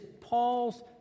Paul's